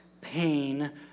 pain